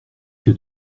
que